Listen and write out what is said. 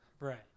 Right